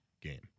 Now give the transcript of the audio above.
game